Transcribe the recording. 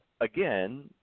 again